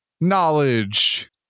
Knowledge